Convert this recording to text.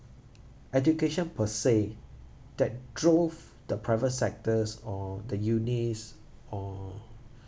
education per say that drove the private sectors or the unis or